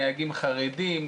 נהגים חרדים,